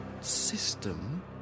system